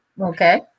Okay